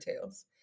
tales